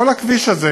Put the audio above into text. כל הכביש הזה,